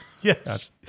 Yes